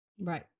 right